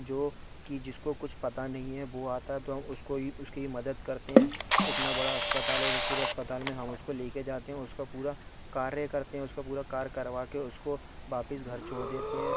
जो कि जिसको कुछ पता नहीं है वह आता है तो हम उसको ही उसकी मदद करते हैं इतना बड़ा अस्पताल है उधर पूरे अस्पताल में हम उसको लेकर जाते हैं उसका पूरा कार्य करते हैं उसका पूरा कार्य करवा कर उसको वापिस घर छोड़ देते हैं